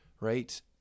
right